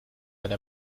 eine